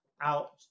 out